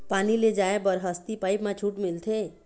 पानी ले जाय बर हसती पाइप मा छूट मिलथे?